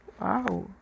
Wow